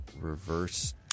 reverse